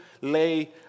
lay